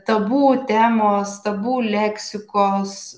tabu temos tabu leksikos